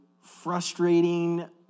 frustrating